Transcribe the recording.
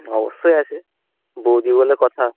অবশ্যই আছে বউদি বলে কথা